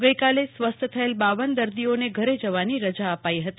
ગઈકાલે સ્વસ્થ થયેલ પર દર્દીઓને ઘરે જવાની રજા અપાઈ હતી